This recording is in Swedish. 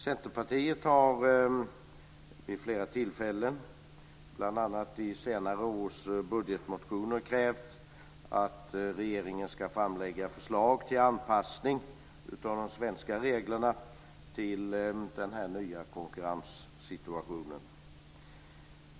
Centerpartiet har vid flera tillfällen, bl.a. i senare års budgetmotioner, krävt att regeringen ska framlägga förslag till anpassning av de svenska reglerna till den nya konkurrenssituationen.